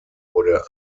wurde